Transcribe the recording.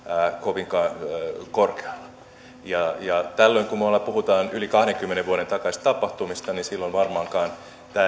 kovinkaan korkealla ja kun puhutaan yli kahdenkymmenen vuoden takaisista tapahtumista niin silloin varmaankaan tämä ei